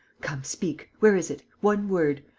come, speak. where is it? one word.